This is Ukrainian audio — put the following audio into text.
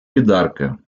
бідарка